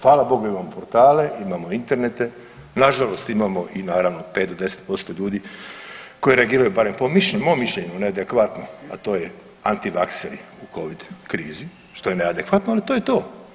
Hvala Bogu imamo portale, imamo internete, nažalost imamo i naravno 5 do 10% ljudi koji reagiraju barem po mišljenju, mom mišljenju neadekvatno, a to je antivakseri u covid krizi što je neadekvatno, ali to je to.